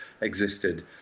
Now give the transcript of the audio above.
existed